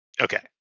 Okay